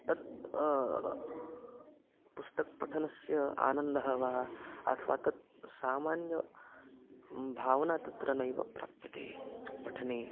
तत् पुस्तकपठनस्य आनन्दः वा अथवा तत् सामान्य भावना तत्र नैव प्राप्यते पठने